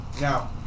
Now